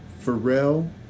Pharrell